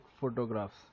photographs